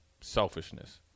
selfishness